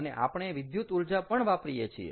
અને આપણે વિદ્યુતઊર્જા પણ વાપરીએ છીએ